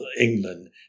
England